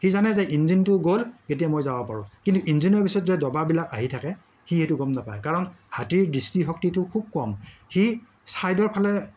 সি জানে যে ইঞ্জিনটো গ'ল এতিয়া মই যাব পাৰোঁ কিন্তু ইঞ্জিনৰ পিছত যে দবাবিলাক আহি থাকে সি সেইটো গম নাপায় কাৰণ হাতীৰ দৃষ্টিশক্তিটো খুব কম সি ছাইডৰ ফালে